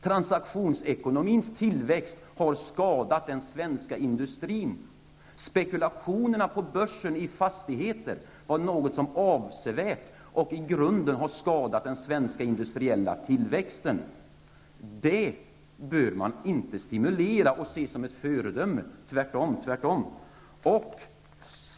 Transaktionsekonomins tillväxt har skadat den svenska industrin. Spekulationerna i fastigheter på börsen har avsevärt och i grunden skadat den svenska industriella tillväxten. Det bör man inte stimulera och se som ett föredöme -- tvärtom, tvärtom!